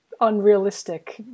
unrealistic